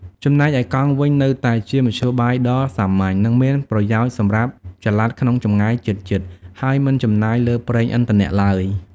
ចំណែកឯកង់វិញ នៅតែជាមធ្យោបាយដ៏សាមញ្ញ និងមានប្រយោជន៍សម្រាប់ចល័តក្នុងចម្ងាយជិតៗ ហើយមិនចំណាយលើប្រេងឥន្ធនៈឡើយ។